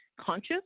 conscious